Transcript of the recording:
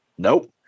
Nope